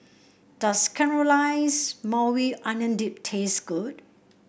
does Caramelize Maui Onion Dip taste good